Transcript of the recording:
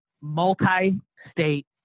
multi-state